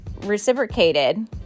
reciprocated